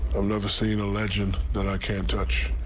i've never seen a legend that i can't touch.